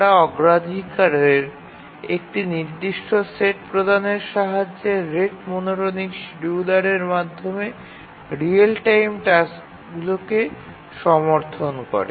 তারা অগ্রাধিকারের একটি নির্দিষ্ট সেট প্রদানের সাহায্যে রেট মনোটোনিক শিডিয়ুলারের মাধ্যমে রিয়েল টাইম টাস্কগুলিকে সমর্থন করে